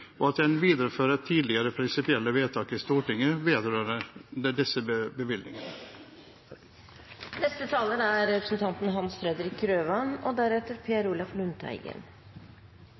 og at den viderefører tidligere prinsipielle vedtak i Stortinget vedrørende disse bevilgningene.